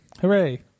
Hooray